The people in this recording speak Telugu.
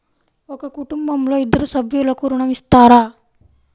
ఒక కుటుంబంలో ఇద్దరు సభ్యులకు ఋణం ఇస్తారా?